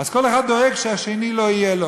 כל אחד דואג שלשני לא יהיה.